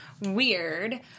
weird